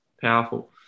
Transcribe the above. Powerful